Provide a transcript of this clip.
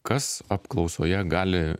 kas apklausoje gali